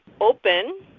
open